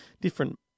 different